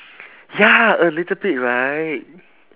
ya a little bit right